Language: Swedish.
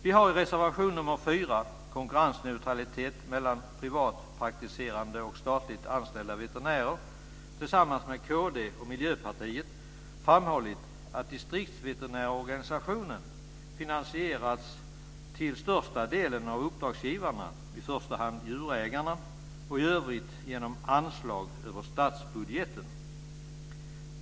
Vi har i reservation nr 4, Konkurrensneutralitet mellan privatpraktiserande och statligt anställda veterinärer, tillsammans med kd och Miljöpartiet framhållit att distriktsveterinärorganisationen till största delen finansierats av uppdragsgivarna, i första hand djurägarna, och i övrigt genom anslag över statsbudgeten.